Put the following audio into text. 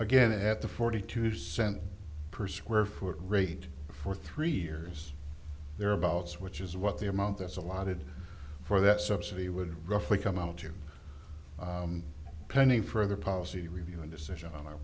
again at the forty two cents per square foot rate for three years there abouts which is what the amount that's allotted for that subsidy would roughly come out to pending further policy review and decision on our